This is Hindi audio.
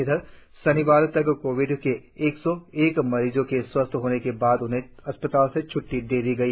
उधर शनिवार तक कोविड के एक सौ एक मरीजो के स्वस्थ होने के बाद उन्हें अस्पतालों से छ्ट्टी दे दी गई